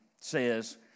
says